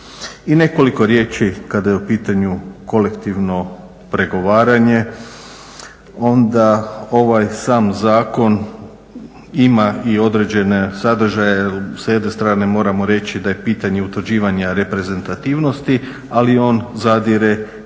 I nekoliko riječi kada je u pitanju kolektivno pregovaranje, onda ovaj sam zakon ima i određene sadržaje. Sa jedne strane moramo reći da je pitanje utvrđivanja reprezentativnosti, ali on zadire i